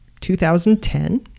2010